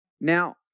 Now